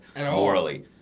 morally